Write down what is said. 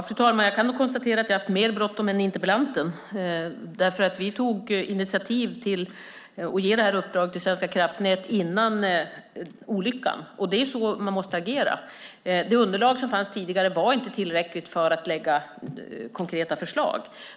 Fru talman! Jag kan konstatera att vi haft mer bråttom än interpellanten eftersom vi tog initiativ till att ge Svenska kraftnät uppdraget redan före olyckan. Det är så man måste agera. Det underlag som fanns tidigare var inte tillräckligt för att kunna lägga fram konkreta förslag.